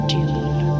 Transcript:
Dune